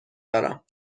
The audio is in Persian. دارم